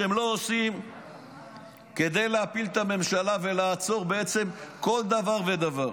שהם לא עושים כדי להפיל את הממשלה ולעצור בעצם כל דבר ודבר.